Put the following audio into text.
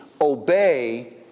obey